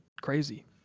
crazy